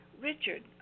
Richard